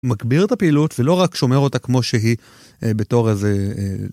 מגביר את הפעילות ולא רק שומר אותה כמו שהיא בתור איזה...